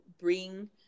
bring